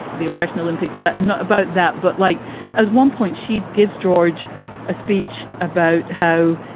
the oppression olympics, that i'm not about that. but like as one point she gives george a speech about how,